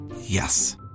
Yes